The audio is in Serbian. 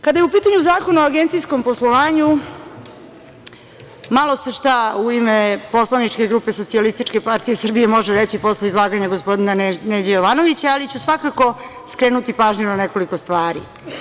Kada je u pitanju Zakon o agencijskom poslovanju, malo se šta u ime poslaničke grupe SPS može reći posle izlaganja gospodina Neđe Jovanovića, ali ću svakako skrenuti pažnju na nekoliko stvari.